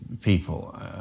people